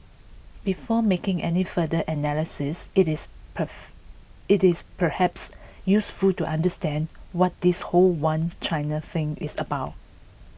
before making any further analysis it is puff it is perhaps useful to understand what this whole One China thing is about